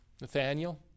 Nathaniel